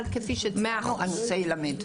אבל, כפי שציינו, הנושא יילמד.